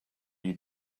you